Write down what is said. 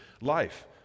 life